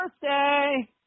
birthday